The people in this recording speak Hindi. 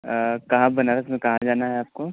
कहाँ बनारस में कहाँ जाना है आपको